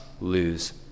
lose